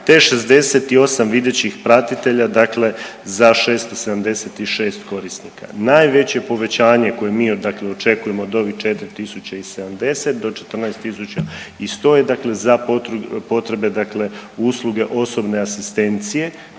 te 68 videćih pratitelja dakle za 676 korisnika. Najveće povećanje koje mi dakle očekujemo od ovih 4 tisuće i 70 do 14 tisuća i 100 je dakle za potrebe dakle usluge osobne asistencije.